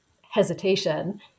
hesitation